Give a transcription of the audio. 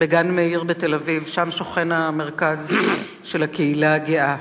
בגן-מאיר בתל-אביב, שם שוכן המרכז של הקהילה הגאה.